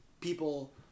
people